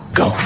go